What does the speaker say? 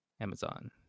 Amazon